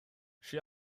she